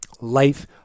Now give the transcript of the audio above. Life